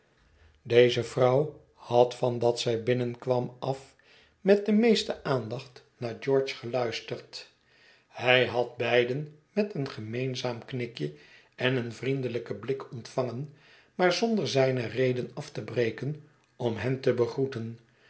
deze vrouw had van dat zij binnenkwam af met de meeste aandacht naar george geluisterd hij had beiden met een gemeenzaam knikje en een vriendelij ken blik ontvangen maar zonder zijne reden af te breken om hen te begroeten